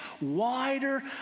wider